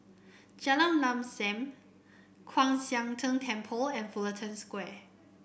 Jalan Lam Sam Kwan Siang Tng Temple and Fullerton Square